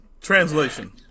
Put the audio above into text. Translation